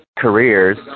careers